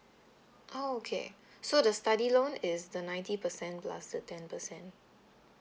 oh okay so the study loan is the ninety percent plus the ten percent